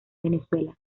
venezuela